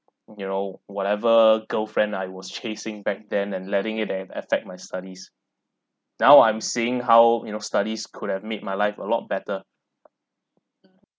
you know whatever girlfriend I was chasing back then and letting it to have affect my studies now I'm seeing how you know studies could have made my life a lot better